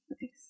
Nice